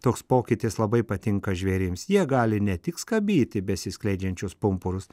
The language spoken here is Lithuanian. toks pokytis labai patinka žvėrims jie gali ne tik skabyti besiskleidžiančius pumpurus